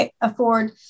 afford